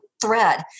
thread